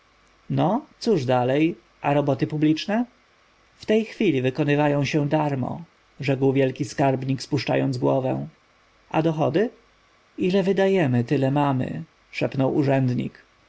no cóż dalej a roboty publiczne w tej chwili wykonywają się darmo rzekł wielki skarbnik spuszczając głowę a dochody ile wydajemy tyle mamy szepnął urzędnik